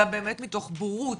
אלא באמת מתוך בורות,